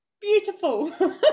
beautiful